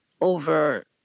over